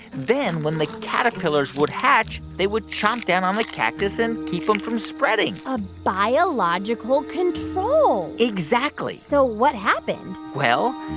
then when the caterpillars would hatch, they would chomp down on the cactus and keep them from spreading a biological control exactly so what happened? well,